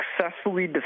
successfully